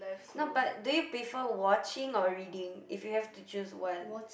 no but do you prefer watching or reading if you have to choose one